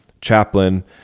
chaplain